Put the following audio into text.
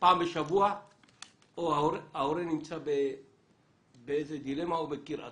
פעם בשבוע ההורה נמצא בדילמה או מול קיר אטום.